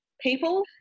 people